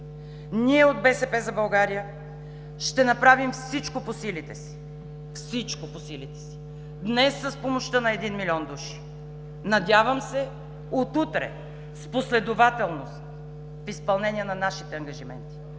Ние, от „БСП за България“, ще направим всичко по силите си – всичко по силите си, днес, с помощта на един милион души, надявам се от утре – с последователност в изпълнение на нашите ангажименти,